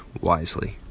wisely